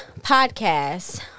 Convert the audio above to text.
podcast